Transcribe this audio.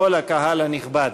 כל הקהל הנכבד,